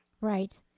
Right